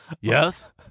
Yes